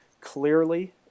clearly